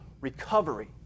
recovery